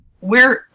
We're-